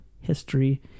history